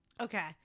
okay